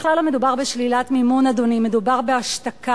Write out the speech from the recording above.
בכלל לא מדובר בשלילת מימון, אדוני, מדובר בהשתקה.